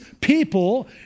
people